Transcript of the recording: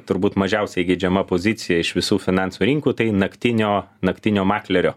turbūt mažiausiai geidžiama pozicija iš visų finansų rinkų tai naktinio naktinio maklerio